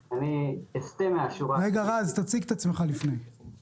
אני סבורה שכן יש מענה למצבים ולדוגמאות האלה שתוארו.